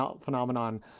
phenomenon